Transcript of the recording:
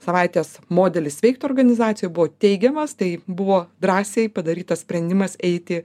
savaitės modelis veikt organizacijoj buvo teigiamas tai buvo drąsiai padarytas sprendimas eiti